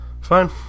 fine